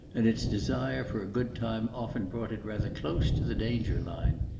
and its desire for a good time often brought it rather close to the danger line.